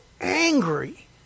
angry